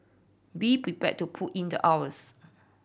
be prepared to put in the hours